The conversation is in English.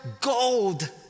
gold